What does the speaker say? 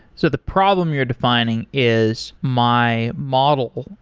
so the problem you're defining is my model.